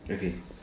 okay